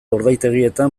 urdaitegietan